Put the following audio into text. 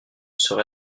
serait